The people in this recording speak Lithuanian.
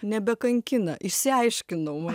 nebekankina išsiaiškinau